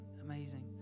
amazing